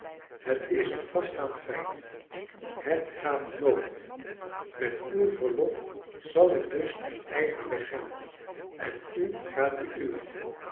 het is een vaststaand feit het gaat nooit met uw verlof zal ik dus mijn eigen weg gaan en u gaat den